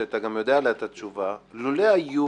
שאתה גם יודע עליה את התשובה: לולא היו